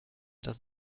das